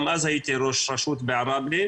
גם אז הייתי ראש רשות בעראבה,